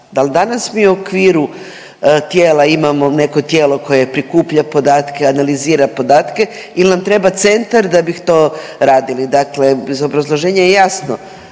Dal danas mi u okviru tijela imamo neko tijelo koje prikuplja podatke, analizira podatke il nam treba centar da bi to radili? Dakle, iz obrazloženja je jasno